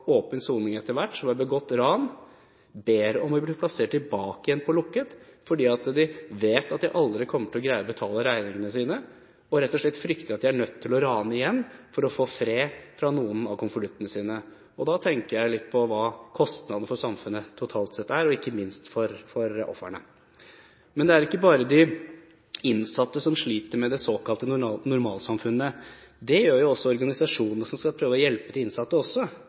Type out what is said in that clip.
åpen soning og har begått ran, ber om å bli plassert tilbake på lukket avdeling. De vet at de aldri kommer til å greie å betale regningene sine, og de frykter rett og slett at de må rane igjen for å få fred for noen av konvoluttene som kommer. Jeg tenker på kostnadene for samfunnet totalt sett, og ikke minst for ofrene. Det er ikke bare de innsatte som sliter med det såkalte normalsamfunnet. Det gjør også de organisasjonene som skal prøve å hjelpe de innsatte.